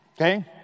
Okay